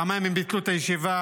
פעמיים הם ביטלו את הישיבה.